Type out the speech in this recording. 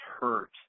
hurt